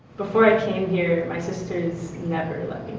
before i came here my sister's never let